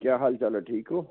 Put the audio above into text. ਕਿਆ ਹਾਲ ਚਾਲ ਹ ਠੀਕ ਹੋ